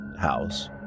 house